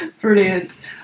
Brilliant